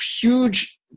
huge